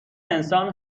انسان